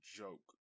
joke